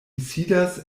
sidas